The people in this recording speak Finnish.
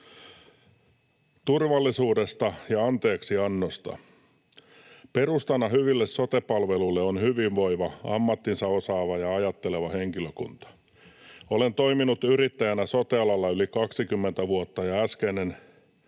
”Turvallisuudesta ja anteeksiannosta. Perustana hyville sote-palveluille on hyvinvoiva, ammattinsa osaava ja ajatteleva henkilökunta. Olen toiminut yrittäjänä sote-alalla yli 20 vuotta, ja äskeinen